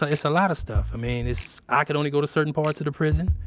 a, it's a lot of stuff. i mean, it's, i can only go to certain parts of the prison.